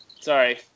Sorry